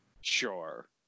sure